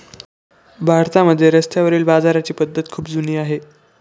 भारतामध्ये रस्त्यावरील बाजाराची पद्धत खूप जुनी आहे